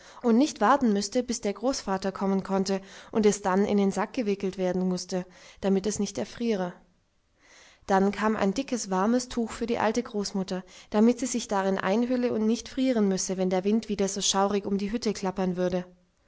und nicht warten müßte bis der großvater kommen konnte und es dann in den sack eingewickelt werden mußte damit es nicht erfriere dann kam ein dickes warmes tuch für die alte großmutter damit sie sich darin einhülle und nicht frieren müsse wenn der wind wieder so schaurig um die hütte klappern würde